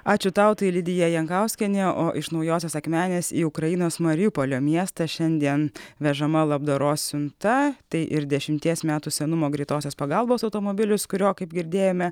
ačiū tau tai lidija jankauskienė o iš naujosios akmenės į ukrainos mariupolio miestą šiandien vežama labdaros siunta tai ir dešimties metų senumo greitosios pagalbos automobilis kurio kaip girdėjome